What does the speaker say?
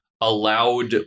allowed